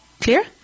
Clear